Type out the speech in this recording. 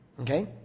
Okay